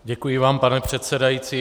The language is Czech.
Děkuji vám, pane předsedající.